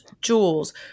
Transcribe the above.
jewels